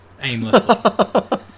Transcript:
aimlessly